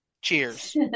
cheers